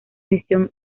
misión